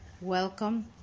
welcome